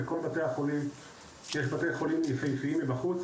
בכל בתי החולים; יש בתי חולים יפהפיים מבחוץ,